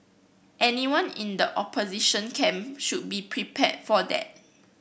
anyone in the opposition camp should be prepared for that